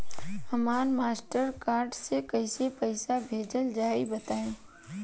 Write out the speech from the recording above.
हमरा Mastercard से कइसे पईसा भेजल जाई बताई?